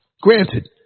Granted